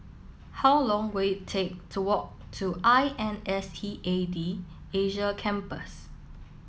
how long will it take to walk to I N S T A D Asia Campus